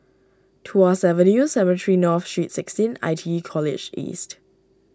Tuas Avenue Cemetry North Street sixteen I T E College East